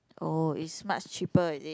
oh is much cheaper is it